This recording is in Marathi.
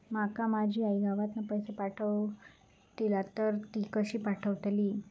माका माझी आई गावातना पैसे पाठवतीला तर ती कशी पाठवतली?